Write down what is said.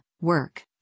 work